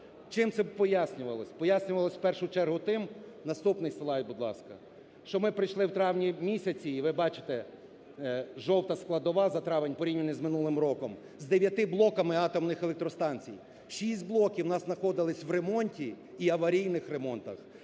Чим це пояснювалось? Пояснювалось в першу чергу тим (наступний слайд, будь ласка), що ми прийшли в травні місяці, і ви бачите, жовта складова за травень, в порівнянні з минулим роком з дев'яти блоками атомних електростанцій шість блоків у нас знаходились в ремонті і аварійних ремонтах.